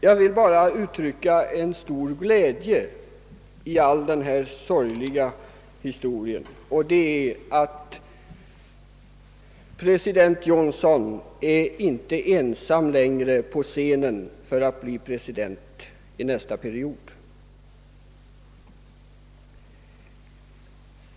Jag vill uttrycka en stor glädje i hela denna sorgliga historia, och det är över att president Johnson inte är ensam om att ställa upp som demokraternas presidentkandidat under nästa period.